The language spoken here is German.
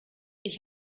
ich